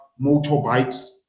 motorbikes